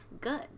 good